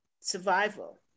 survival